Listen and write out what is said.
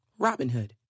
Robinhood